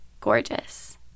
gorgeous